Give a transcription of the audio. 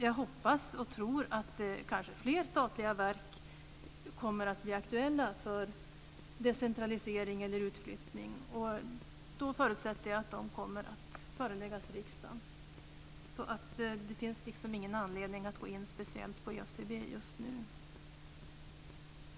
Jag hoppas och tror att kanske fler statliga verk kommer att bli aktuella för decentralisering eller utflyttning. Jag förutsätter att förslag kommer att föreläggas riksdagen. Det finns ingen anledning att gå in speciellt på ÖCB just nu.